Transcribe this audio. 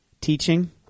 teaching